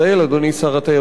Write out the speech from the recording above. אדוני שר התיירות,